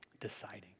Deciding